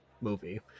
movie